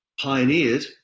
pioneered